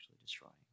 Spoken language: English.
destroying